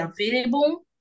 available